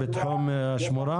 בתחום השמורה?